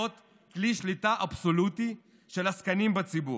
כלי שליטה אבסולוטי של עסקנים בציבור,